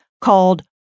called